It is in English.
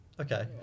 Okay